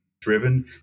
driven